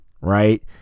right